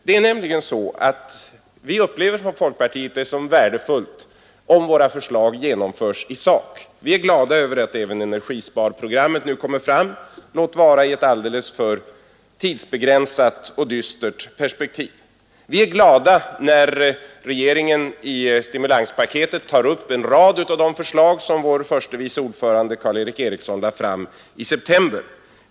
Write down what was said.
Det är nämligen så att vi inom folkpartiet upplever det som värdefullt om våra förslag genomförs i sak. Vi är glada över att även energisparprogrammet nu kommer fram, låt vara i ett alldeles för tidsbegränsat och dystert perspektiv. Vi är glada när regeringen i stimulanspaketet tar upp en rad av de förslag som vår andre vice ordförande Karl Erik Eriksson lade fram i september.